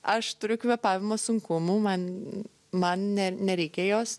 aš turiu kvėpavimo sunkumų man man ne nereikėjo jos